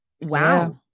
Wow